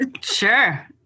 sure